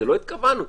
לא התכוונו.